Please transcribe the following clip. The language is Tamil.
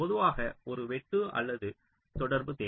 பொதுவாக ஒரு வெட்டு அல்லது தொடர்பு தேவை